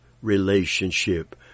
relationship